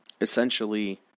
essentially